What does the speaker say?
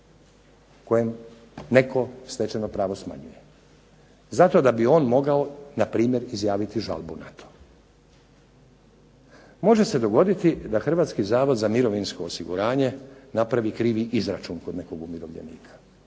kojem neko stečeno pravo smanjuje. Zato da bi on mogao npr. izjaviti žalbu na to. Može se dogoditi da Hrvatski zavod za mirovinsko osiguranje napravi krivi izračun kod nekog umirovljenika.